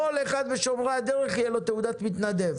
לכל אחד משומרי הדרך יהיה תעודת מתנדב.